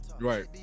right